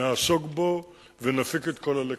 נעסוק בו ונפיק את כל הלקחים.